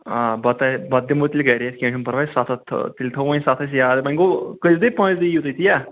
آ بَتٕے بَتہٕ دِمو تیٚلہِ گری أسۍ کینہہ چھُنہٕ پرواے ستھ ہتھ تیٚلہِ تھاوو وۄنۍ سَتھ أسۍ یاد وۄنۍ گوٚو کٔژ دُہۍ پانژھِ دُہۍ یِیو تُہۍ تِیا